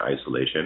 isolation